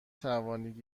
توانید